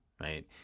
Right